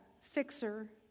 fixer